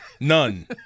None